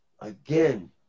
again